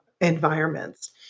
environments